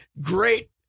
great